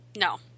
No